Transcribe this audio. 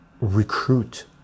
recruit